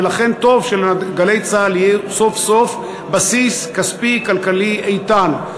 ולכן טוב של"גלי צה"ל" יהיה סוף-סוף בסיס כספי כלכלי איתן.